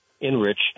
enrich